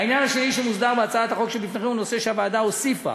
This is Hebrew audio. העניין השני שמוסדר בהצעת החוק שבפניכם הוא נושא שהוועדה הוסיפה,